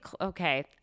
okay